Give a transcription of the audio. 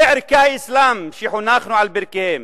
אלה ערכי האסלאם שחונכנו על ברכיהם,